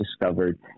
discovered